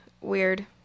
weird